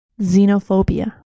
Xenophobia